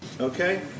Okay